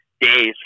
days